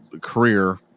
career